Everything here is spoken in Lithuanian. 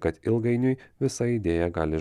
kad ilgainiui visa idėja gali